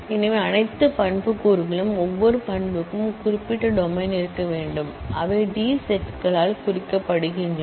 எனவே அனைத்து பண்புக்கூறுகளும் ஒவ்வொரு பண்புக்கும் குறிப்பிட்ட டொமைன் இருக்க வேண்டும் அவை டி செட்களால் குறிக்கப்படுகின்றன